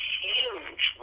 huge